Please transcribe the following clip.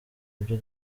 ibyo